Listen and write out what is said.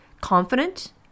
confident